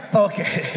ah okay.